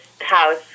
house